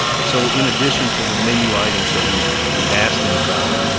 so in addition to the menu items that we we ask them about,